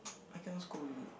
I cannot scold you